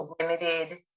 limited